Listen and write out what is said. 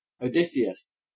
Odysseus